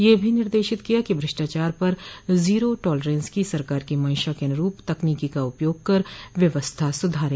यह भी निर्देशित किया कि भ्रष्टाचार पर जीरो टॉलरेंस की सरकार की मंशा के अनुरूप तकनीक का उपयोग कर व्यवस्था सुधारें